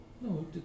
No